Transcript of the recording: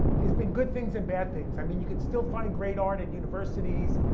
there's been good things and bad things. i mean you could still find great art at universities.